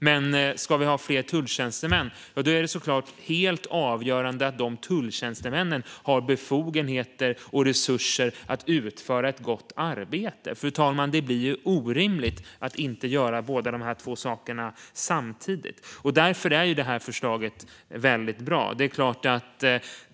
Men ska vi ha fler tulltjänstemän är det såklart helt avgörande att de tulltjänstemännen har befogenheter och resurser att utföra ett gott arbete. Det blir orimligt, fru talman, att inte göra båda dessa saker samtidigt. Därför är det här förslaget väldigt bra.